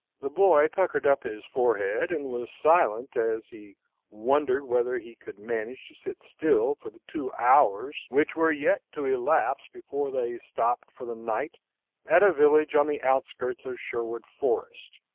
the boy puckered up his forehead, and was silent as he wondered whether he could manage to sit still for the two hours which were yet to elapse before they stopped for the night at a village on the outskirts of sherwood forest,